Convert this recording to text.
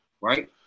right